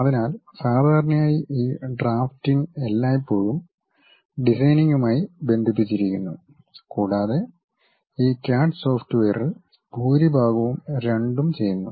അതിനാൽ സാധാരണയായി ഈ ഡ്രാഫ്റ്റിംഗ് എല്ലായ്പ്പോഴും ഡിസൈനിംഗുമായി ബന്ധിപ്പിച്ചിരിക്കുന്നു കൂടാതെ ഈ ക്യാഡ് സോഫ്റ്റ്വെയറിൽ ഭൂരിഭാഗവും രണ്ടും ചെയ്യുന്നു